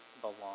belong